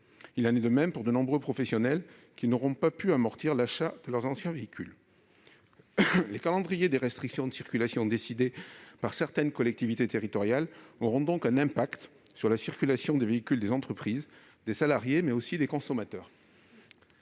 Il en sera de même pour de nombreux professionnels, qui n'auront pas pu amortir l'achat de leurs anciens véhicules. Les calendriers des restrictions de circulation décidés par certaines collectivités territoriales auront donc un impact sur la circulation des véhicules des entreprises, des salariés, mais aussi des consommateurs.